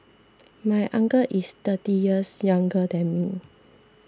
my uncle is thirty years younger than me